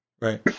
Right